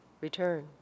return